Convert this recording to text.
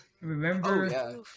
Remember